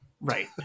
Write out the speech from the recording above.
right